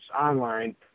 online